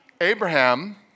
Abraham